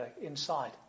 inside